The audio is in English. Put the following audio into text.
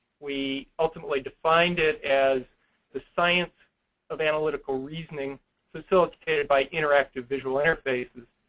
we ultimately defined it as the science of analytical reasoning facilitated by interactive visual interfaces.